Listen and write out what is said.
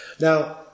Now